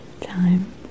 time